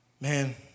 man